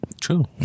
true